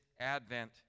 advent